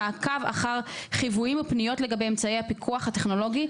מעקב אחר חיוויים ופניות לגבי אמצעי הפיקוח הטכנולוגי,